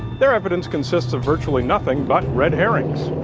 their evidence consists of virtually nothing but red herrings.